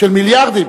מיליארדים.